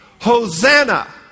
Hosanna